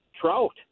trout